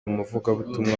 umuvugabutumwa